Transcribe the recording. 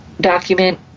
document